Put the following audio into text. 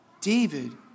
David